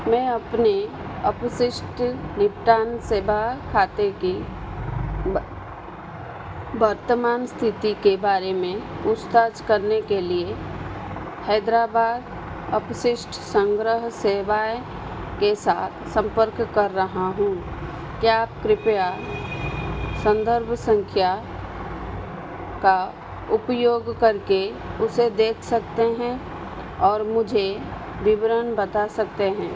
मैं अपने अवशिष्ट निपटान सेवा खाते की व वर्तमान स्थिति के बारे में पूछताछ करने के लिए हैदराबाद अवशिष्ट संग्रह सेवाएँ के साथ संपर्क कर रहा हूँ क्या आप कृप्या संदर्भ संख्या का उपयोग करके उसे देख सकते हैं और मुझे विवरण बता सकते हैं